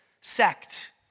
sect